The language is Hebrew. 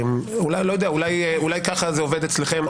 אולי ככה זה עובד אצלכם.